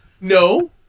no